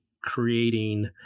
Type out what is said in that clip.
creating